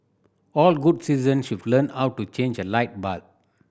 all good citizens should learn how to change a light bulb